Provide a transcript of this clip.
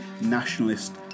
nationalist